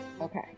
Okay